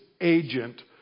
agent